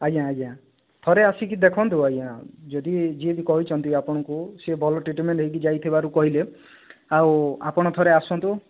ଆଜ୍ଞା ଆଜ୍ଞା ଥରେ ଆସିକି ଦେଖନ୍ତୁ ଆଜ୍ଞା ଯଦି ଯିଏ ବି କହିଛନ୍ତି ଆପଣଙ୍କୁ ସିଏ ଭଲ ଟ୍ରିଟ୍ମେଣ୍ଟ୍ ହୋଇକି ଯାଇଥିବାରୁ କହିଲେ ଆଉ ଆପଣ ଥରେ ଆସନ୍ତୁ